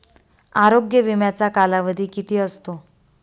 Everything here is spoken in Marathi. आरोग्य विम्याचा कालावधी किती असतो?